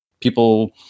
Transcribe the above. people